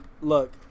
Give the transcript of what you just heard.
look